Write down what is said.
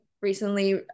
recently